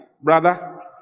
Brother